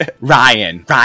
Ryan